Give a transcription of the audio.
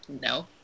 No